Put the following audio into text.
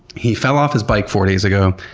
he fell off his bike four days ago,